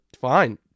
fine